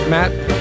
Matt